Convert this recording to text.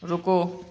रुको